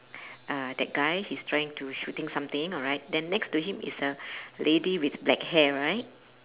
uh that guy he is trying to shooting something alright then next to him is a lady with black hair right